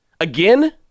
again